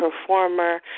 performer